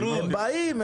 הם באים.